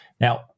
Now